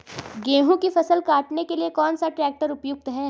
गेहूँ की फसल काटने के लिए कौन सा ट्रैक्टर उपयुक्त है?